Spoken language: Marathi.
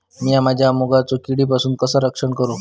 मीया माझ्या मुगाचा किडीपासून कसा रक्षण करू?